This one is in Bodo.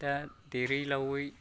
दा देरै लावै